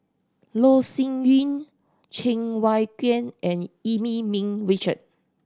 Loh Sin Yun Cheng Wai Keung and Eu Yee Ming Richard